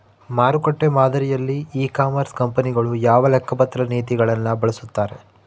ಮಾರುಕಟ್ಟೆ ಮಾದರಿಯಲ್ಲಿ e commerce ಕಂಪನಿಗಳು ಯಾವ ಲೆಕ್ಕಪತ್ರ ನೇತಿಗಳನ್ನು ಬಳಸುತ್ತಾರೆ?